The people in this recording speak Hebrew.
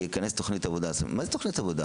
זה יכנס לתוכנית עבודה 2023. מה זה תוכנית עבודה?